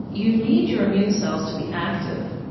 you need your immune cells to be active,